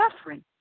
suffering